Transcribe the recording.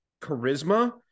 charisma